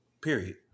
period